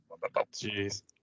Jeez